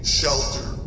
shelter